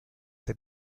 der